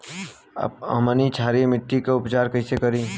हमनी क्षारीय मिट्टी क उपचार कइसे करी?